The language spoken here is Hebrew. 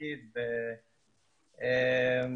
כפי שאמרתי,